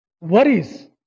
worries